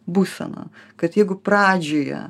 būsena kad jeigu pradžioje